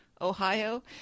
Ohio